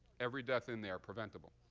every death in there preventable.